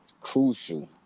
crucial